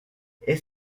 est